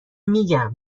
میگم